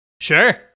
Sure